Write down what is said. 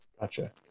Gotcha